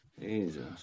Jesus